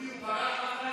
דודי, הוא ברח.